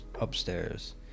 upstairs